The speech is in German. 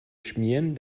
schmieren